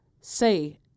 say